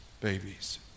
babies